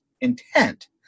intent